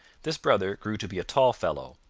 this brother grew to be a tall fellow,